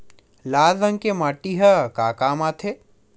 लाल रंग के माटी ह का काम आथे?